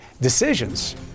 decisions